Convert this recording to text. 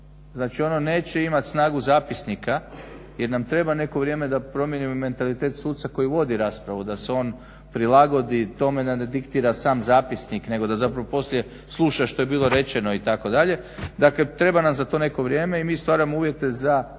Znači ono neće imati snagu zapisnika jer nam treba neko vrijeme da promijenimo mentalitet suca koji vodi raspravu, da se on prilagodi tome da ne diktira sam zapisnik nego da zapravo poslije sluša što je bilo rečeno itd. Dakle treba nam za to neko vrijeme i mi stvaramo uvjete znači